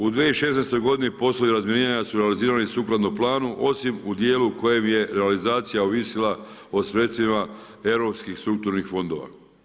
U 2016. godini poslovi razminiranja su realizirani sukladno planu, osim u dijelu kojem je realizacija ovisila o sredstvima europskih strukturnih fondova.